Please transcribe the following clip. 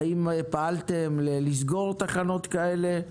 האם פעלתם לסגור תחנות כאלה?